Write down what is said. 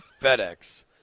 FedEx